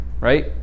right